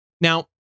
Now